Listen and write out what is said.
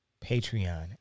Patreon